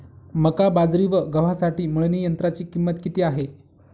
मका, बाजरी व गव्हासाठी मळणी यंत्राची किंमत किती आहे?